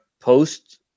post